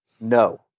No